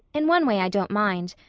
in one way i don't mind.